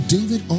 David